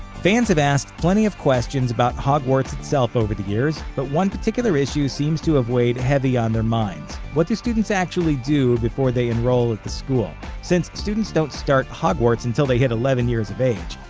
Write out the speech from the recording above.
fans have asked plenty of questions about hogwarts itself over the years, but one particular issue seems to have weighed heavy on their minds. what do students actually do before they enroll at the school? since students don't start at hogwarts until they hit eleven years of age,